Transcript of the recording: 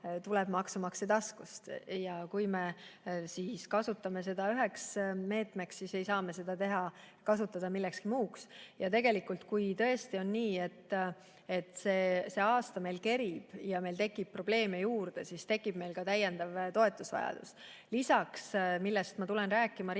tuleb maksumaksja taskust. Kui me kasutame seda üheks meetmeks, siis me ei saa seda kasutada millekski muuks. Tegelikult, kui tõesti on nii, et see aasta meil kerib ja meil tekib probleeme juurde, siis tekib meil ka täiendav toetusvajadus. Lisaks, üks teema, millest ma tulen rääkima